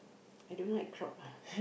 I don't like crowd lah